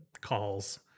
calls